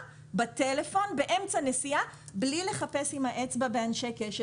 בטלפון באמצע נסיעה בלי לחפש עם האצבע באנשי קשר.